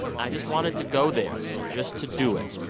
i just wanted to go there just to do it.